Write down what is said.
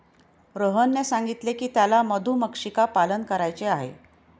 रोहनने सांगितले की त्याला मधुमक्षिका पालन करायचे आहे